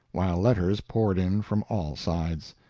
while letters poured in from all sides.